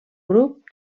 grup